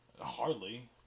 Hardly